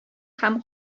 һәм